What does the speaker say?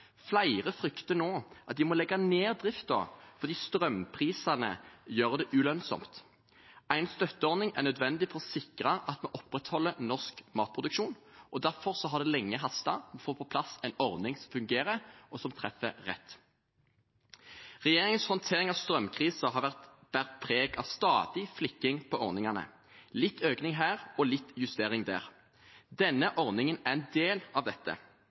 Flere frykter nå at de må legge ned driften fordi strømprisene gjør det ulønnsomt. En støtteordning er nødvendig for å sikre at vi opprettholder norsk matproduksjon. Derfor har det lenge hastet med å få på plass en ordning som fungerer, og som treffer rett. Regjeringens håndtering av strømkrisen har vært preget av stadig flikking på ordningene – litt økning her, litt justering der. Denne ordningen er en del av dette.